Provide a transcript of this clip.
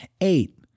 eight